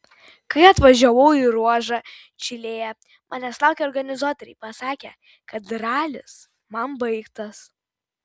kai atvažiavau į ruožą čilėje manęs laukę organizatoriai pasakė kad ralis man baigtas